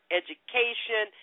education